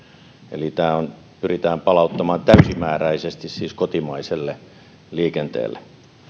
eli tämä siis pyritään palauttamaan täysimääräisesti kotimaiselle liikenteelle